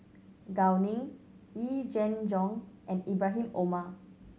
Gao Ning Yee Jenn Jong and Ibrahim Omar